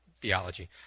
theology